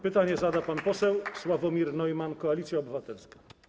Pytanie zada pan poseł Sławomir Neumann, Koalicja Obywatelska.